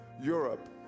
europe